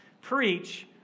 preach